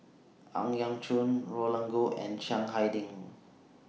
Ang Yau Choon Roland Goh and Chiang Hai Ding